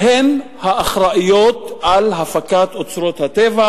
הן האחראיות להפקת אוצרות הטבע,